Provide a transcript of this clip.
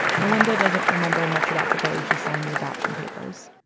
melynda doesn't remember much about the day she signed the adoption papers.